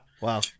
wow